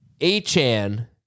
A-chan